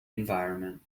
environment